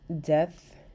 death